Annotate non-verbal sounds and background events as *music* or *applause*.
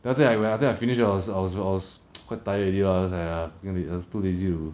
then after that when after that I finished I I was I was *noise* quite tired already lah then I was just like ugh I I was too lazy to go